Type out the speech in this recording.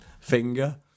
finger